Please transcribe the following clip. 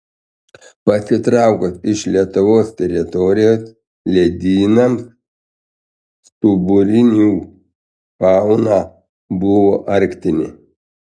pasitraukus iš lietuvos teritorijos ledynams stuburinių fauna buvo arktinė